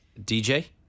DJ